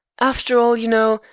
after all, you know,